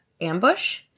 ambush